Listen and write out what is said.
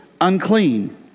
unclean